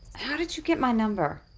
how did you get my number?